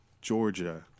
Georgia